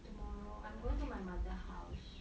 tomorrow I'm going to my mother house